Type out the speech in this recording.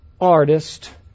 artist